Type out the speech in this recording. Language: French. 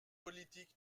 politique